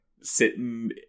sitting